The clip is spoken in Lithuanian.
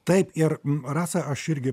taip ir rasa aš irgi